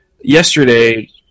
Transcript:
yesterday –